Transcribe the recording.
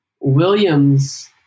Williams